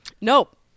Nope